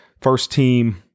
first-team